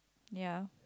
ya